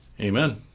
Amen